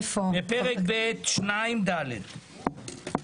בפרק ב' 2(ד),